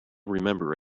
remember